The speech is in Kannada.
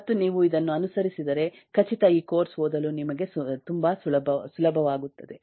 ಮತ್ತು ನೀವು ಇದನ್ನು ಅನುಸರಿಸಿದರೆ ಖಚಿತ ಈ ಕೋರ್ಸ್ ಓದಲು ನಿಮಗೆ ತುಂಬಾ ಸುಲಭವಾಗುತ್ತದೆ